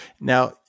Now